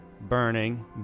burning